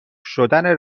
شدن